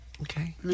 Okay